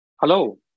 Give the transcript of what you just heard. Hello